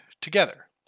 together